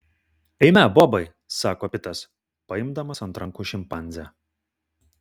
eime bobai sako pitas paimdamas ant rankų šimpanzę